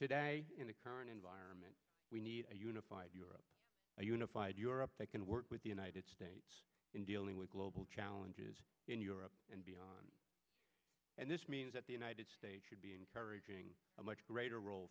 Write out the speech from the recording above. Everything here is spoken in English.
power in the current environment we need a unified europe a unified europe that can work with the united states in dealing with global challenges in europe and beyond and this means that the united states should be encouraging a much greater role